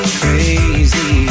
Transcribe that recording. crazy